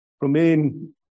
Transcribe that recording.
remain